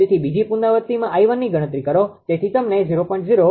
તેથી બીજી પુનરાવૃત્તિમાં 𝐼1ની ગણતરી કરો